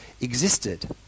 existed